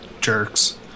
jerks